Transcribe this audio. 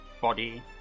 body